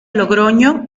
logroño